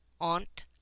aunt